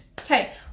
Okay